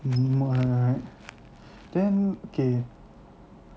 mm then okay